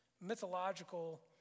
mythological